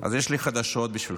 אז יש לי חדשות בשבילכם: